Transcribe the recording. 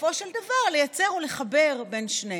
ובסופו של דבר לייצר ולחבר בין שניהם.